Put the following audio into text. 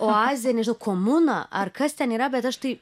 oazė nežinau komuna ar kas ten yra bet aš tai